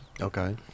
Okay